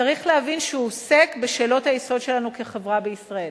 צריך להבין שהוא עוסק בשאלות היסוד שלנו כחברה בישראל: